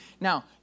Now